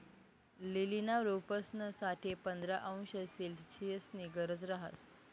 लीलीना रोपंस साठे पंधरा अंश सेल्सिअसनी गरज रहास